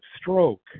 stroke